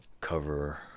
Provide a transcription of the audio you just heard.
cover